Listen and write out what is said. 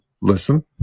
listen